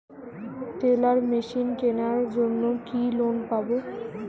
Teller machine কেনার জন্য কি লোন পাব?